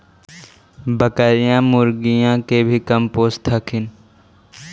बकरीया, मुर्गीया के भी कमपोसत हखिन?